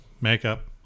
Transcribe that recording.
Makeup